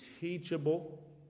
teachable